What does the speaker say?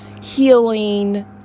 healing